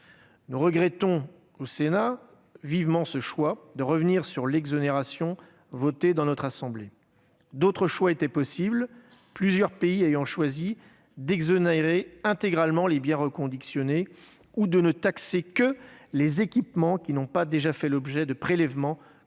Nous regrettons vivement ce choix qui tend à revenir sur l'exonération votée au Sénat. D'autres choix étaient possibles, plusieurs pays ayant choisi d'exonérer intégralement les biens reconditionnés ou de ne taxer que les équipements qui n'ont pas déjà fait l'objet de prélèvements quand ils